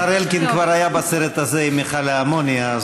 השר אלקין כבר היה בסרט הזה עם מכל האמוניה,